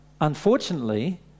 unfortunately